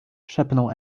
szepnął